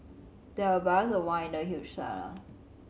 there were barrels of wine in the huge cellar